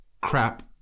crap